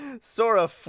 Sora